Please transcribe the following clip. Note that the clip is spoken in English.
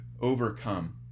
overcome